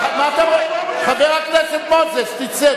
חבר הכנסת מוזס, תצא,